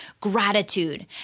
gratitude